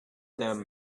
them